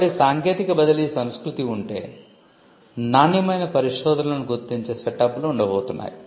కాబట్టి సాంకేతిక బదిలీ సంస్కృతి ఉంటే నాణ్యమైన పరిశోధనలను గుర్తించే సెటప్లు ఉండబోతున్నాయి